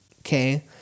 okay